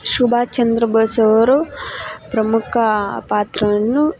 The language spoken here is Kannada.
ಸುಭಾಷ್ ಚಂದ್ರ ಬೋಸ್ ಅವರು ಪ್ರಮುಖ ಪಾತ್ರವನ್ನು